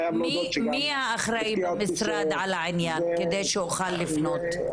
מי אחראי במשרד על העניין כדי שאוכל לפנות?